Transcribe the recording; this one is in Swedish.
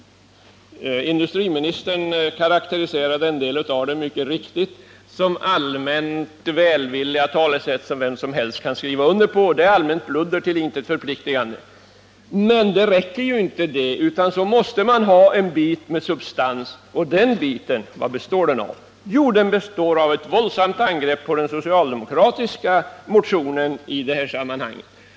Industriministern karakteriserade mycket riktigt en del av det som allmänt välvilliga talesätt som vem som helst kan skriva under på. Det är allmänt bludder till intet förpliktigande. Men det räcker inte med det. Man måste ha en bit substans, och vad består den biten av? Jo, den består av ett våldsamt angrepp på den socialdemokratiska motionen i det här sammanhanget.